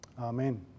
Amen